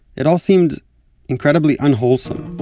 it all seemed incredibly unwholesome